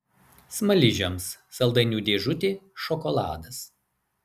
smaližiams saldainių dėžutė šokoladas